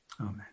Amen